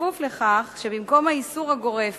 בכפוף לכך שבמקום האיסור הגורף